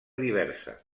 diversa